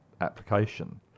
application